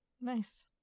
Nice